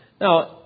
Now